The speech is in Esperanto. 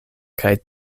kaj